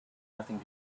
nothing